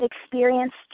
experienced